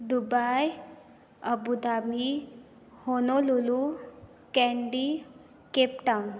Dubai Abu Dhabi Honolulu candy cap town